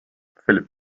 philip